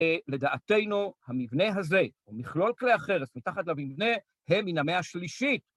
לדעתנו, המבנה הזה, מכלול כלי החרס מתחת למבנה, הם מן המאה השלישית.